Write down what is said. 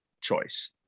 choice